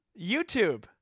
YouTube